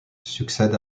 succède